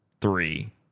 three